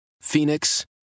Phoenix